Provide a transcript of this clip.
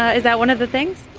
ah is that one of the things?